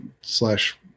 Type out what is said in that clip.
slash